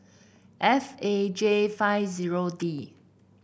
F A J five zero D